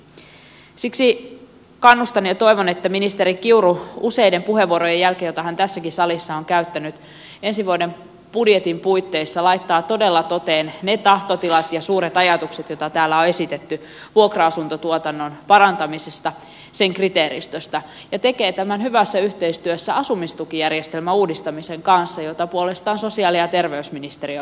siksi kannustan ja toivon että ministeri kiuru useiden puheenvuorojen jälkeen joita hän tässäkin salissa on käyttänyt ensi vuoden budjetin puitteissa laittaa todella toteen ne tahtotilat ja suuret ajatukset joita täällä on esitetty vuokra asuntotuotannon parantamisesta ja sen kriteeristöstä ja tekee tämän hyvässä yhteistyössä asumistukijärjestelmän uudistamisen kanssa jota puolestaan sosiaali ja terveysministeriö valmistelee